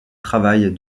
travaille